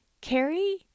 Carrie